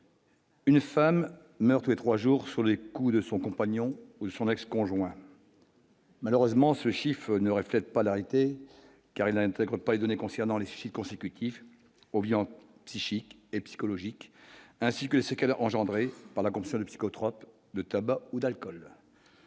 Une femme meurt tous les 3 jours sur les coups de son compagnon ou son ex-conjoint. Malheureusement, ce chiffre ne reflète pas l'arrêter, car il n'intègre pas les données concernant les consécutifs Obiang psychique et psychologique ainsi que ce qu'elle a engendrée par la console psychotropes de tabac ou d'alcool.